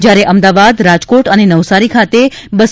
જ્યારે અમદાવાદ રાજકોટ અને નવસારી ખાતે રૂ